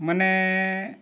ᱢᱟᱱᱮ